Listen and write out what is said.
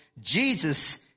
Jesus